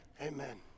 Amen